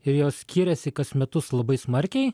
ir jos skiriasi kas metus labai smarkiai